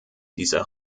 dieser